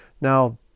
Now